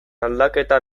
aldaketa